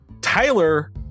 Tyler